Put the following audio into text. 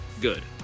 Good